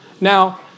Now